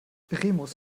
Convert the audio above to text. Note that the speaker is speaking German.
remus